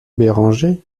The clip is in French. béranger